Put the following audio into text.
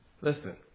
Listen